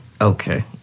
okay